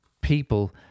People